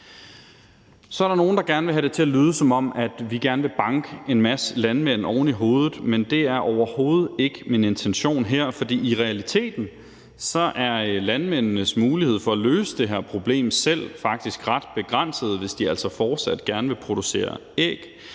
Så er der nogle, der gerne vil have det til at lyde, som om vi gerne vil banke en masse landmænd oven i hovedet, men det er overhovedet ikke min intention, for i realiteten er landmændenes mulighed for selv at løse det her problem faktisk ret begrænset, hvis de altså fortsat gerne vil producere æg,